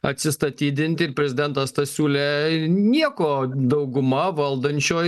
atsistatydint ir prezidentas siūlė nieko dauguma valdančioji